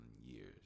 years